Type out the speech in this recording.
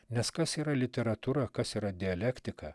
nes kas yra literatūra kas yra dialektika